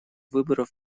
выборов